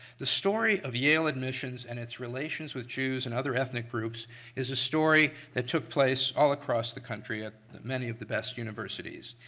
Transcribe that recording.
the story of yale admissions and its relations with jews and other ethnic groups is a story that took place all across the country at many of the best universities.